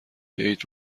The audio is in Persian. عید